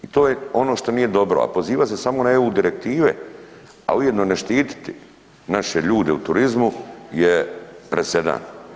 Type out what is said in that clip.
I to je ono što nije dobro, a pozivat se samo na EU direktive, a ujedno ne štititi naše ljude u turizmu je presedan.